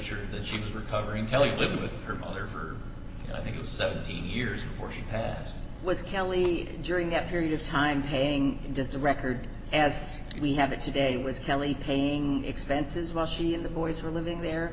richard that she's recovering kelly lived with her mother for i think it was seventeen years before she passed with kelly during that period of time paying just a record as we have it today was kelly paying expenses while she and the boys were living there